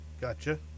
Gotcha